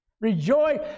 Rejoice